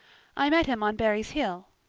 i met him on barry's hill.